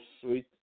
sweet